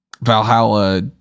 valhalla